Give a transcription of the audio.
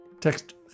Text